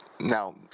now